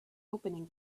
opening